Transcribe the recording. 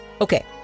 Okay